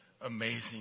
amazing